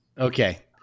okay